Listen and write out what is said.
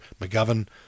McGovern